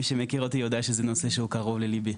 מי שמכיר אותי יודע שזה נושא שהוא קרוב ללבי,